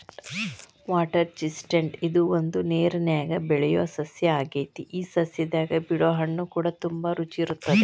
water chestnut ಇದು ಒಂದು ನೇರನ್ಯಾಗ ಬೆಳಿಯೊ ಸಸ್ಯ ಆಗೆತಿ ಈ ಸಸ್ಯದಾಗ ಬಿಡೊ ಹಣ್ಣುಕೂಡ ತುಂಬಾ ರುಚಿ ಇರತ್ತದ